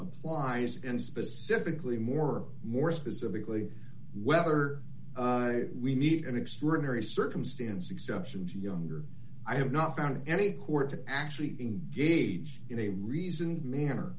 of lies and specifically more more specifically whether we need an extraordinary circumstance exceptions younger i have not found any court to actually be in a reasoned manner